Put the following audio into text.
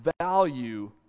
value